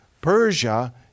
Persia